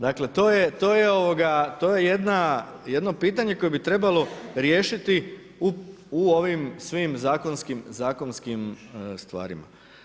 Dakle, to je jedno pitanje, koje bi trebalo riješiti u ovim svim zakonskim stvarima.